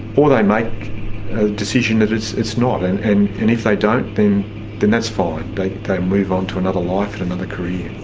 or they make a decision that it's it's not. and and and if they don't, then that's fine, they'll move on to another life and another career.